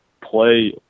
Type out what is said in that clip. play